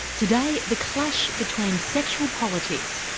today the clash between sexual politics,